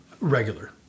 regular